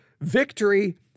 Victory